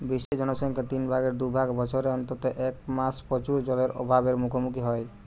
বিশ্বের জনসংখ্যার তিন ভাগের দু ভাগ বছরের অন্তত এক মাস প্রচুর জলের অভাব এর মুখোমুখী হয়